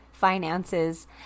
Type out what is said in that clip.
finances